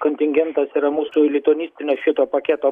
kontingentas yra mūsų lituanistinio šito paketo